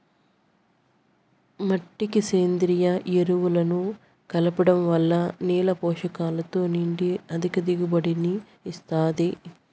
మట్టికి సేంద్రీయ ఎరువులను కలపడం వల్ల నేల పోషకాలతో నిండి అధిక దిగుబడిని ఇస్తాది